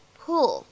pull